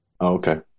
Okay